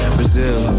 Brazil